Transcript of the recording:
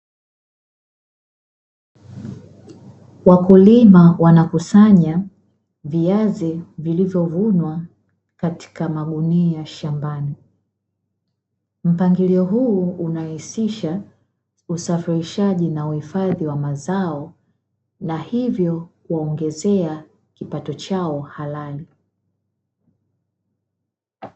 Wakulima wanakusanya viazi vilivyovunwa katika magunia shambani, mpangilio huu unahusisha usafirishaji na uhifadhi wa mazao na hivyo huongezea kipato chao halili.